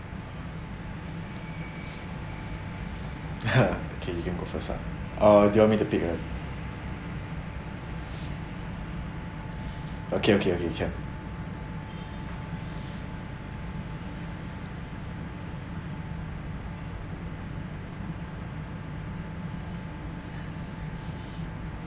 okay you can go first ah or do you want me to pick one okay okay okay can